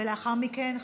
לאחר מכן,